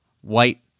white